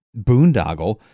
boondoggle